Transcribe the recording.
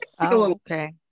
okay